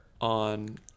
on